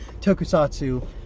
Tokusatsu